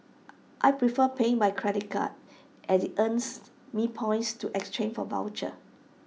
I prefer paying by credit card as IT earns me points to exchange for vouchers